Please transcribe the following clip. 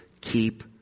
keep